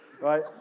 right